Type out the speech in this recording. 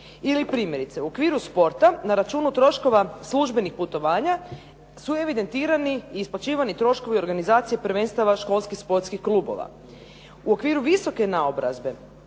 Ili primjerice, u okviru sporta, na računu troškova službenih putovanja su evidentirani i isplaćivani troškovi organizacije prvenstava školskih sportskih klubova. U okviru visoke naobrazbe